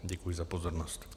Děkuji za pozornost.